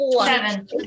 Seven